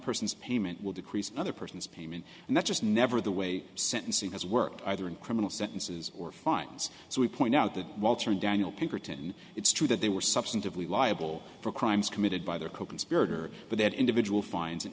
person's payment will decrease another person's payment and that just never the way sentencing has worked either in criminal sentences or fines so we point out that walter and daniel pinkerton it's true that they were substantively liable for crimes committed by their coconspirator but that individual finds